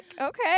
Okay